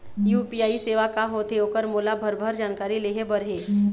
UPI सेवा का होथे ओकर मोला भरभर जानकारी लेहे बर हे?